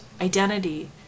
identity